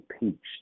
impeached